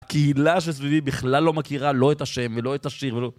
קהילה שסביבי בכלל לא מכירה לא את השם ולא את השיר ולא...